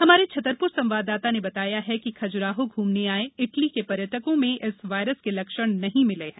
हमारे छतरपुर संवाददाता ने बताया कि खजुराहो घूमने आये इटली के पर्यटकों में इस वायरस के लक्षण नहीं मिले हैं